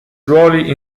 ruoli